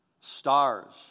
Stars